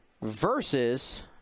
versus